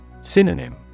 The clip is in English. Synonym